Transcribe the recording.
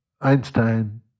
Einstein